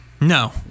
No